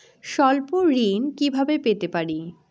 স্বল্প ঋণ কিভাবে পেতে পারি?